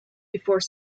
before